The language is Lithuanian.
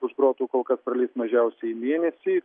už grotų kol kas praleis mažiausiai mėnesį